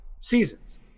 seasons